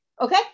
okay